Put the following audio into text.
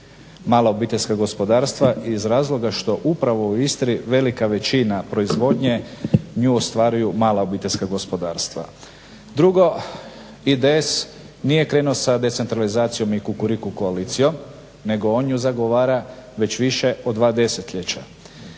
mala obiteljska gospodarstva, iz razloga što upravo u Istri velika većina proizvodnje nju ostvaruju mala OPG-i. Drugo, IDS nije krenuo sa decentralizacijom ni Kukuriku koalicijom nego on nju zagovara već više od dva desetljeća.